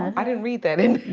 i didn't read that in